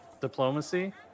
diplomacy